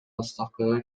отставкага